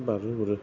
बारहोहरो